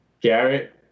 Garrett